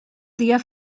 dia